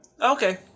Okay